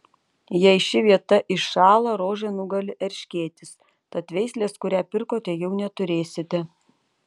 jei ši vieta iššąla rožę nugali erškėtis tad veislės kurią pirkote jau neturėsite